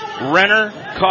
Renner